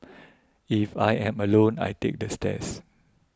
if I am alone I take the stairs